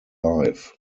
alive